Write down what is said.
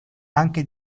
anche